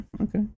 Okay